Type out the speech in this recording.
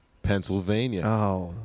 Pennsylvania